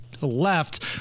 Left